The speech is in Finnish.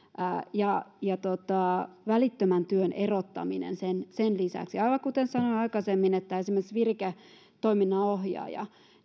ja ja välittömän työn erottaminen sen sen lisäksi aivan kuten sanoin aikaisemmin mikäli esimerkiksi viriketoiminnan ohjaaja